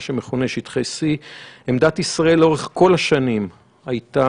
מה שמכונה שטחי C. עמדת ישראל לאורך כל השנים הייתה,